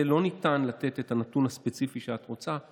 לא ניתן לתת עליה את הנתון הספציפי שאת רוצה,